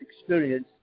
experience